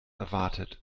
erwartet